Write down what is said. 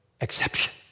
exception